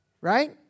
Right